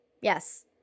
Yes